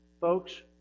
Folks